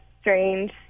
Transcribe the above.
strange